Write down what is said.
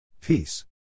Peace